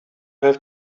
have